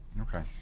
Okay